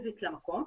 פיזית למקום,